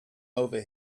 over